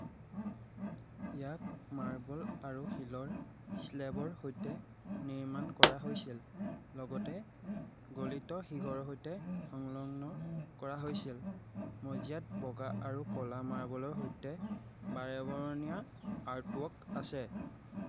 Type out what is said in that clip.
ইয়াক মাৰ্বল আৰু শিলৰ শ্লেবৰ সৈতে নিৰ্মাণ কৰা হৈছিল লগতে গলিত সীহৰ সৈতে সংলগ্ন কৰা হৈছিল মজিয়াত বগা আৰু ক'লা মাৰ্বলৰ সৈতে বাৰেবৰণীয়া আৰ্টৱৰ্ক আছে